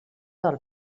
del